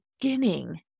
beginning